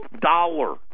dollar